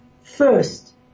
First